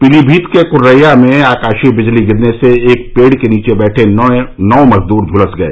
पीलीभीत के कुर्रेया में आकाशीय बिजली गिरने से एक पेड़ के नीचे बैठे नौ मजदूर झुलस गए